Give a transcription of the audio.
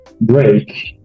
break